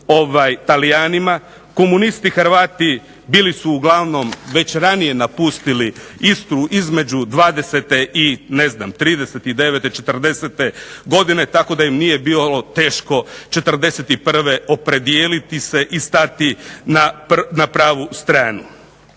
među Talijanima. Komunisti Hrvati bili su uglavnom već ranije napustili Istru između '20.-te i '39.-te, '40.-te godine tako da im nije bilo teško '41. opredijeliti se i stati na pravu stranu.